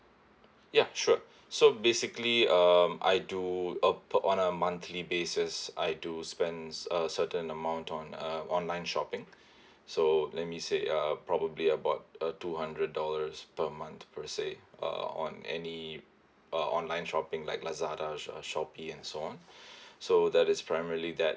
ya sure so basically um I do uh on a monthly basis I do spend uh certain amount on uh online shopping so let me say uh probably about uh two hundred dollars per month per se uh on any uh online shopping like lazada uh shopee and so on so that is primarily that